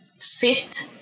fit